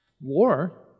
War